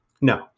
No